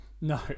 No